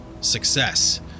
success